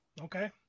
Okay